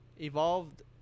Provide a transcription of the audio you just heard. evolved